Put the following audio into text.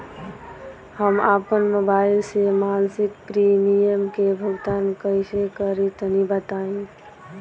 हम आपन मोबाइल से मासिक प्रीमियम के भुगतान कइसे करि तनि बताई?